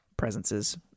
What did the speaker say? presences